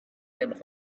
and